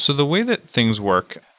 so the way that things work,